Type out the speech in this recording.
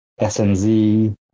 SNZ